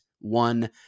one